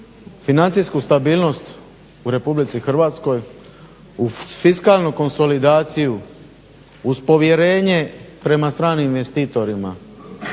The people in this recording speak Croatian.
financijsku stabilnost u Republici Hrvatskoj, uz fiskalnu konsolidaciju, uz povjerenje prema stranim investitorima,